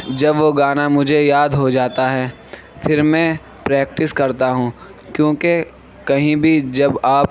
جب وہ گانا مجھے یاد ہو جاتا ہے پھر میں پریکٹس کرتا ہوں کیوں کہ کہیں بھی جب آپ